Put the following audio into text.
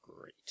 Great